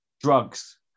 drugs